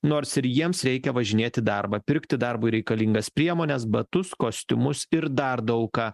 nors ir jiems reikia važinėt į darbą pirkti darbui reikalingas priemones batus kostiumus ir dar daug ką